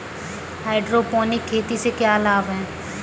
Hydroponic खेती से क्या लाभ हैं?